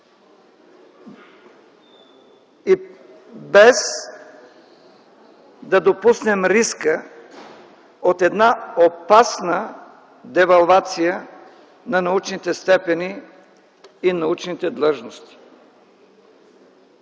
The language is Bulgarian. и без да допуснем риска от една опасна девалвация на научните степени и научните длъжности,